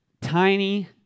tiny